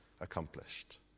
accomplished